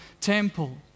temple